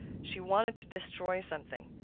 she wanted to destroy something.